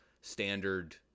standard